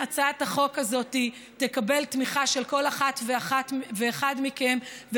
הצעת החוק הזאת תקבל תמיכה של כל אחת ואחד מכם,